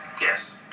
Yes